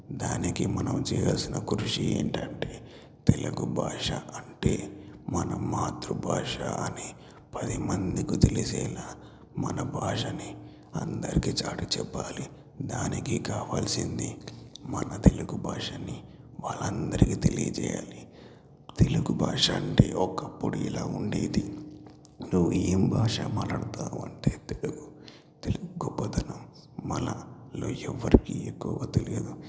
దానికి మనం చేయాల్సిన కృషి ఏంటంటే తెలుగు భాష అంటే మన మాతృభాష అని పదిమందికి తెలిసేలా మన భాషని అందరికీ చాటి చెప్పాలి దానికి కావాల్సింది మన తెలుగు భాషని వాళ్ళందరికీ తెలియజేయాలి తెలుగు భాష అంటే ఒకప్పుడు ఇలా ఉండేది నువ్వు ఏం భాష మాట్లాడుతావు అంటే తెలుగు తెలుగు పధనం మనలో ఎవరికీ ఎక్కువగా తెలియదు